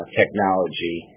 technology